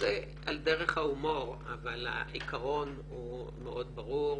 אז זה על דרך ההומור אבל העיקרון מאוד ברור: